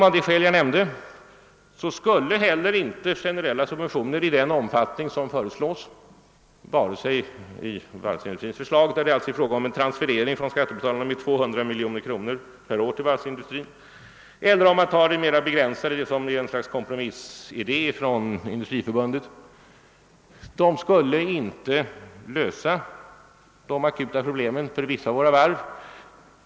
Av de skäl jag nämnde skulle inte heller generella subventioner i den omfattning som föreslås — vare sig det gäller varvsindustrins förslag, i vilket det är fråga om en transferering från skattebetalarna till varvsindustrin av 200 miljoner kronor per år, eller man tänker på Industriförbundets mera begränsade kompromissförslag — lösa de akuta problemen för vissa av våra varv.